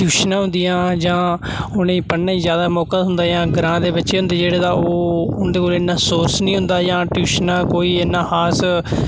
ट्यूशनां होंदियां या उ'नेंई पढ़ने'ई जादा मौका थ्होंदा या ग्रांऽ दे बच्चे होंदे जेह्ड़े तां उं'दे कोल इ'न्ना सोर्स निं होंदा या ट्यूशनां कोई इ'न्ना खास